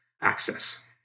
access